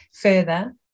further